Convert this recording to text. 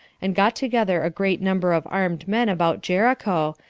and got together a great number of armed men about jericho,